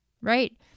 right